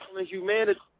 humanity